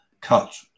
cut